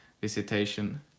visitation